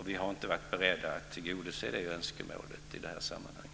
Vi har inte varit beredda att tillgodose det önskemålet i det här sammanhanget.